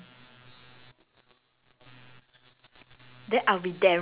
I bring the four D number to my father when he is young